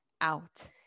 out